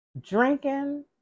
drinking